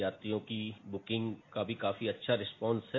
यात्रियों की बुकिंग का भी काफी अच्छा रिस्पांस है